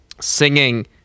singing